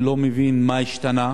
אני לא מבין מה השתנה,